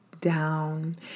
down